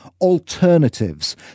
Alternatives